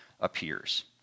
appears